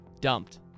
Dumped